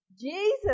Jesus